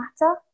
matter